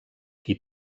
qui